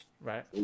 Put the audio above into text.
Right